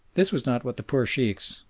this was not what the poor sheikhs,